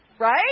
Right